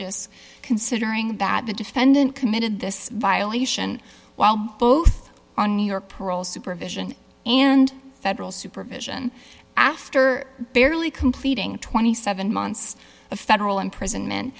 egregious considering that the defendant committed this violation while both on new york parole supervision and federal supervision after barely completing twenty seven months of federal imprisonment